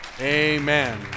Amen